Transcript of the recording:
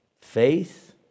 faith